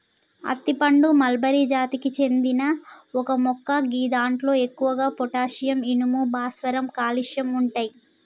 అత్తి పండు మల్బరి జాతికి చెందిన ఒక మొక్క గిదాంట్లో ఎక్కువగా పొటాషియం, ఇనుము, భాస్వరం, కాల్షియం ఉంటయి